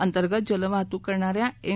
अंतर्गत जलवाहतूक करणाऱ्या एम